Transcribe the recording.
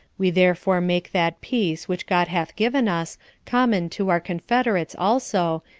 we therefore make that peace which god hath given us common to our confederates also,